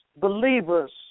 believers